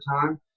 time